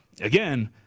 again